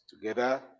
together